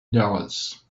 dollars